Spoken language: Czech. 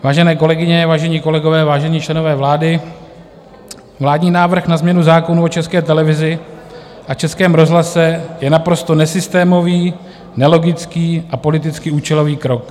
Vážené kolegyně, vážení kolegové, vážení členové vlády, vládní návrh na změnu zákonů o České televizi a Českém rozhlase je naprosto nesystémový, nelogický a politicky účelový krok.